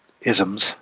isms